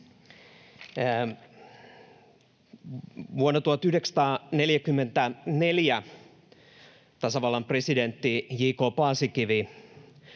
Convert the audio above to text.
Vuonna 1944 tasavallan presidentti J. K. Paasikivi